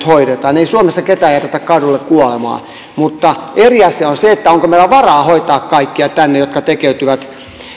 hoidetaan ei suomessa ketään jätetä kadulle kuolemaan mutta eri asia on se onko meillä varaa hoitaa kaikkia täällä jotka tekeytyvät